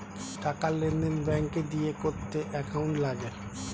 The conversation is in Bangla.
টাকার লেনদেন ব্যাঙ্ক দিয়ে করতে অ্যাকাউন্ট লাগে